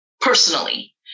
personally